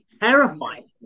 terrifying